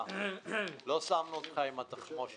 הבקשות אושרו.